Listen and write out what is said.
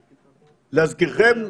להזכירכם,